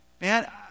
man